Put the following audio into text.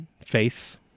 Face